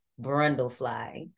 Brundlefly